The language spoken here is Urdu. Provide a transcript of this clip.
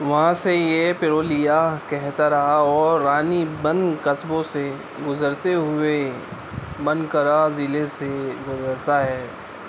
وہاں سے یہ پرولیا کھترا اور رانی بند قصبوں سے گزرتے ہوئے بنکورہ ضلعے سے گزرتا ہے